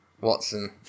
Watson